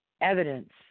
evidence